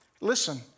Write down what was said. Listen